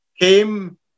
came